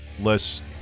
less